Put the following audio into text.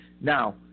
Now